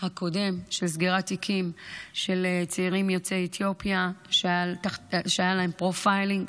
הקודם של סגירת תיקים של צעירים יוצאי אתיופיה שהיה להם פרופיילינג.